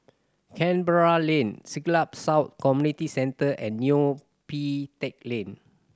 Canberra Lane Siglap South Community Centre and Neo Pee Teck Lane